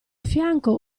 fianco